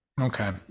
Okay